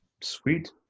Sweet